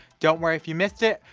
don't worry if you missed it!